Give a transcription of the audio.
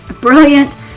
brilliant